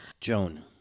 Joan